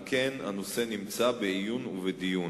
על כן, הנושא נמצא בעיון ובדיון.